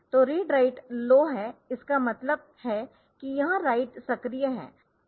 तो read write low है इसका मतलब है कि यह राइट सक्रिय है